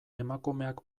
emakumeak